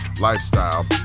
lifestyle